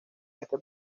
este